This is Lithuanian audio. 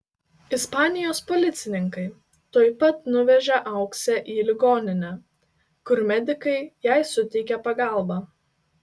ispanijos policininkai tuoj pat nuvežė auksę į ligoninę kur medikai jai suteikė pagalbą